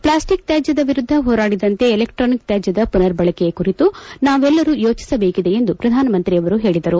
plastic ತ್ವಾಜದ ವಿರುದ್ಧ ಹೋರಾಡಿದಂತೆ ಎಲೆಕ್ಟಾನಿಕ್ ತ್ವಾಜದ ಮನರ್ಬಳಕೆಯ ಕುರಿತು ನಾವೆಲ್ಲರೂ ಯೋಚಿಸಬೇಕಿದೆ ಎಂದು ಪ್ರಧಾನಮಂತ್ರಿ ಹೇಳಿದರು